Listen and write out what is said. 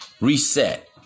reset